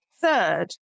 Third